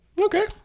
Okay